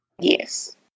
Yes